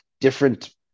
different